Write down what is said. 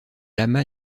lama